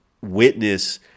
witness